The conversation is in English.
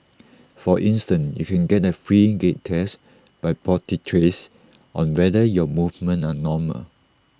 for instance you can get A free gait test by podiatrists on whether your movements are normal